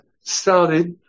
started